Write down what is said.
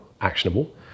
Actionable